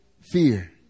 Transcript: fear